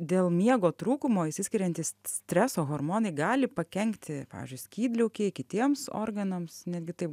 dėl miego trūkumo isiskiriantys streso hormonai gali pakenkti pavyzdžiui skydliaukei kitiems organams netgi taip